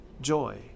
joy